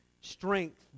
strength